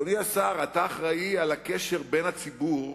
אדוני השר, אתה אחראי על הקשר בין הציבור